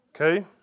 Okay